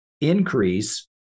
increase